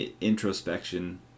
Introspection